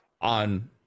on